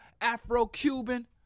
Afro-Cuban